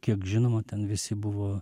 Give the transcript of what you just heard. kiek žinoma ten visi buvo